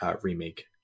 remake